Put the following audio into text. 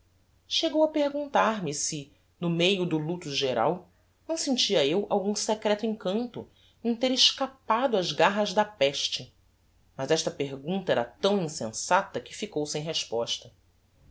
chegou a perguntar-me se no meio do luto geral não sentia eu algum secreto encanto em ter escapado ás garras da peste mas esta pergunta era tão insensata que ficou sem resposta